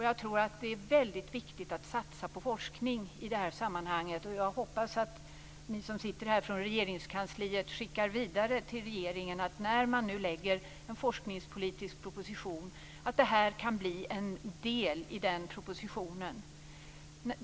Jag tror att det är väldigt viktigt att satsa på forskning i det här sammanhanget. Jag hoppas att ni från Regeringskansliet som sitter här skickar vidare till regeringen att när man nu lägger fram en forskningspolitisk proposition kan detta bli en del i den propositionen.